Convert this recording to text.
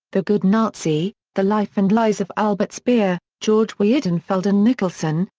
the good nazi the life and lies of albert speer, george weidenfeld and nicolson,